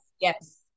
Yes